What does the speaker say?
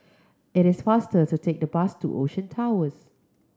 it is faster to take the bus to Ocean Towers